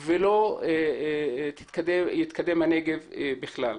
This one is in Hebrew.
ולא יתקדם הנגב בכלל.